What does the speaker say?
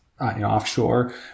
offshore